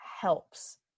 helps